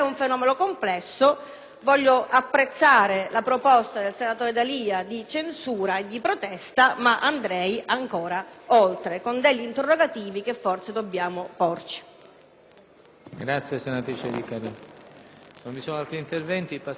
voglio apprezzare la proposta del senatore D'Alia di censura e di protesta, ma andrei ancora oltre, con degli interrogativi che forse ci dobbiamo porre.